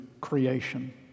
creation